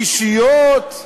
אישיות,